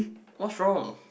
what's wrong